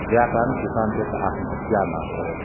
जकरा कारण किसान जे छै से आत्महत्या नहि करै